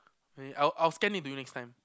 I'll I'll scan it to you next time